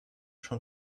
schon